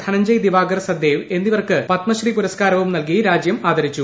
ധനഞ്ജയ് ദിവാകർ സദ്ദേവ് എന്നിവർക്ക് പത്മശ്രീ പുരസ്ക്കാരവും നൽകി രാജ്യം ആദരിച്ചു